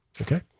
Okay